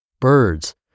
Birds